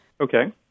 Okay